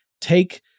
take